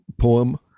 poem